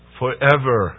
forever